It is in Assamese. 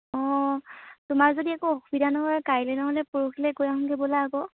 অঁ তোমাৰ যদি একো অসুবিধা নহয় কাইলৈ নহ'লে পৰহিলৈ গৈ আহোগৈ ব'লা আকৌ